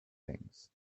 things